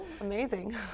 amazing